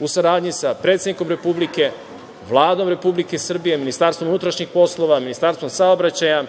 u saradnji sa predsednikom Republike, Vladom Republike Srbije, MUP, Ministarstvom saobraćaja,